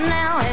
now